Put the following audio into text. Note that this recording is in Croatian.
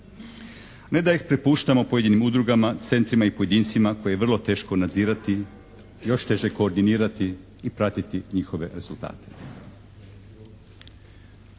Ne da ih prepuštamo pojedinim udrugama, centrima i pojedincima koje je vrlo teško nadzirati, još teže koordinirati i pratiti njihove rezultate.